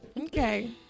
okay